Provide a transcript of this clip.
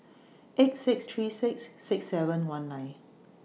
eight six three six six seven one nine